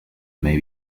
may